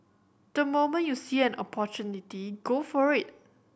the moment you see an opportunity go for it